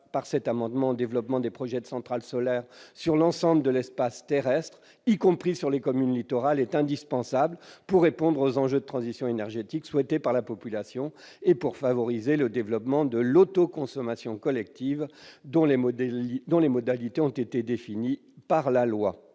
par cet amendement, au développement des projets de centrales solaires sur l'ensemble de l'espace terrestre, y compris sur les communes littorales, est indispensable pour répondre aux enjeux de transition énergétique souhaitée par la population et pour favoriser le développement de l'autoconsommation collective, dont les modalités ont été définies par la loi.